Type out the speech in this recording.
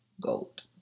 gold